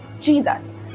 Jesus